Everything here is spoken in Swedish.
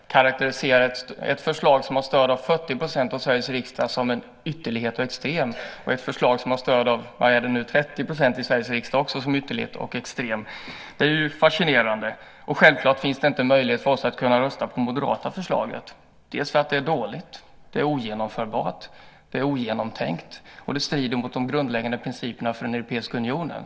Fru talman! Det är i och för sig intressant att höra Per Westerberg karakterisera ett förslag som har stöd av 40 % av Sveriges riksdag som en ytterlighet och extremt och ett förslag som har stöd 30 % av Sveriges riksdag också som en ytterlighet och extremt. Det är fascinerande. Självklart är det inte möjligt för oss att rösta på det moderata förslaget, dels därför att det är dåligt, ogenomförbart och ogenomtänkt, dels därför att det strider mot de grundläggande principerna för den europeiska unionen.